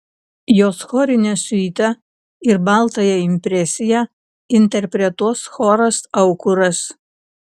jos chorinę siuitą ir baltąją impresiją interpretuos choras aukuras